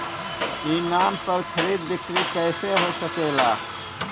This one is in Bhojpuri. ई नाम पर खरीद बिक्री कैसे हो सकेला?